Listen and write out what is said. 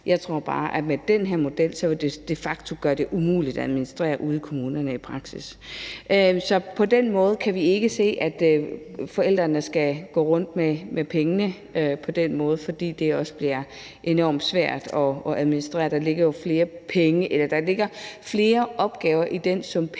jeg tror bare, at med den her model vil det de facto gøre det umuligt at administrere det ude i kommunerne i praksis. Så på den måde kan vi ikke se, at forældrene skal gå rundt med pengene på den måde, fordi det også på den måde bliver enormt svært at administrere, for der ligger jo flere opgaver i den sum penge,